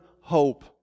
hope